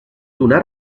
donar